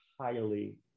highly